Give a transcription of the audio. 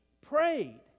prayed